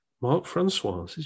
Marc-Francois